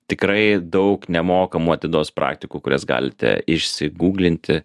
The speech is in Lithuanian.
tikrai daug nemokamų atidos praktikų kurias galite išsigūglinti